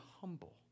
humble